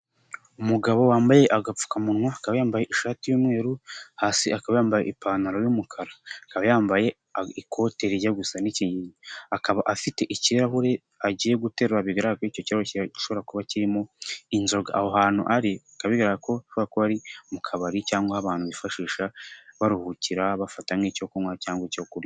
Umugabo wambaye agapfukamunwa akaba yambaye ishati y'umweru, hasi akaba yambaye ipantaro y'umukara, akaba yambaye ikote rijya gusa nk'ikigina, akaba afite ikirahuri agiye guterura bigaragara ko gishobora kuba kirimo inzoga. Aho hantu bari bigaragara ko ari mu kabari cyangwa abantu bifashisha baruhukira bafata nk'icyo kunywa cyangwa icyo kurya.